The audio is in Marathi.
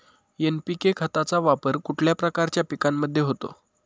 एन.पी.के खताचा वापर कुठल्या प्रकारच्या पिकांमध्ये होतो?